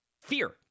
fear